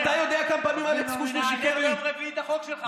אתה עושה סיבוב על החיילים.